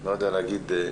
אני לא יודע להגיד איזה,